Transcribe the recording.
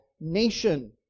nation